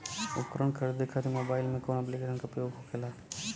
उपकरण खरीदे खाते मोबाइल में कौन ऐप्लिकेशन का उपयोग होखेला?